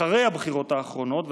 אחרי הבחירות האחרונות,